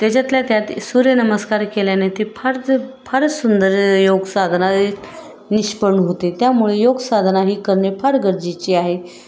त्याच्यातल्या त्यात सूर्यनमस्कार केल्याने ते फारच फारच सुंदर योगसाधना निष्पन्न होते त्यामुळे योगसाधना ही करणे फार गरजेची आहे